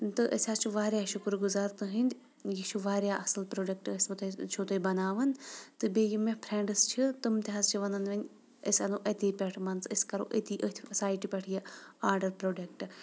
تہٕ أسۍ حظ چھِ واریاہ شُکُر گُزار تُہٕنٛدۍ یہِ چھُ واریاہ اَصٕل پرٛوڈَکٹ ٲسۍ وُ تۄہہِ چھُو تُہۍ بَناوان تہٕ بیٚیہِ یِم مےٚ فرٛنٛڈٕس چھِ تِم تہِ حظ چھِ وَنان وۄنۍ أسۍ اَنو اَتے پٮ۪ٹھ مان ژٕ أسۍ کَرو أتی أتھۍ سایٹہِ پٮ۪ٹھ یہِ آرڈر پرٛوڈَکٹ